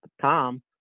Tom